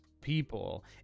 people